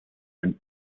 and